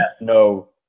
no